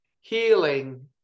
healing